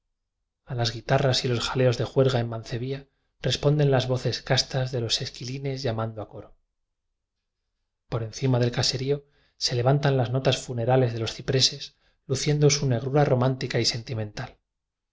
las guitarras y los jaleos de juerga en mancebía responden las voces castas de los esquilmes llamando a coro por encima del caserío se levantan las notas funerales de los cipreces luciendo su negrura romántica y sentimental